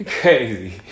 crazy